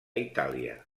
itàlia